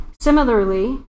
Similarly